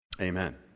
Amen